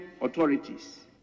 authorities